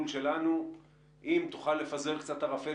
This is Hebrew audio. בעדינות, להזדרז עם הרישיון הזה כי המיטות נחוצות.